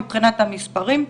מבחינת המספרים,